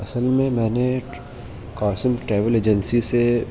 اصل میں میں نے قاسم ٹریول ایجنسی سے